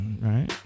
right